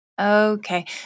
Okay